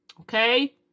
okay